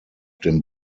dem